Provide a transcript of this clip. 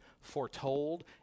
foretold